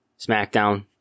SmackDown